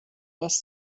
was